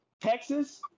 Texas